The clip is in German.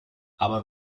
aber